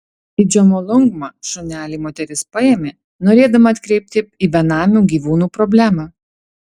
į džomolungmą šunelį moteris paėmė norėdama atkreipti į benamių gyvūnų problemą